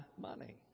money